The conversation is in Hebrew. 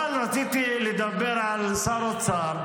אבל רציתי לדבר על שר אוצר,